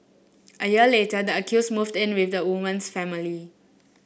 a year later the accused moved in with the woman's family